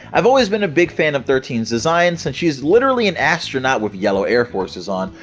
i've always been a big fan of thirteen's design, since she's literally an astronaut with yellow air forces on,